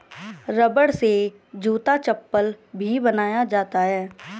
रबड़ से जूता चप्पल भी बनाया जाता है